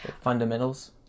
Fundamentals